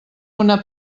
una